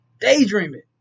Daydreaming